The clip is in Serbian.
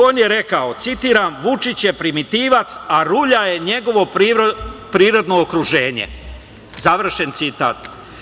On je rekao, citiram - „Vučić je primitivac, a rulja je njegovo prirodno okruženje“, završen citat.